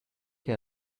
che